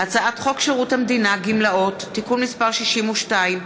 הצעת חוק שירות המדינה (גמלאות) (תיקון מסק 62),